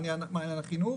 מעיין החינוך,